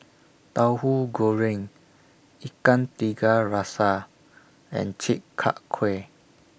Tauhu Goreng Ikan Tiga Rasa and Chi Kak Kuih